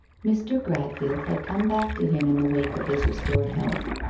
mr. gradfield had come back to him in the wake of his restored health,